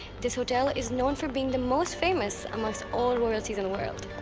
this hotel is known for being the most famous amongst all royalties in the world.